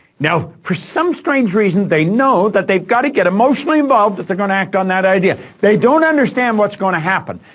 now, for some strange reason, they know that they've got to get emotionally involved if they're going to act on that idea. they don't understand what's going to happen,